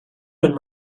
been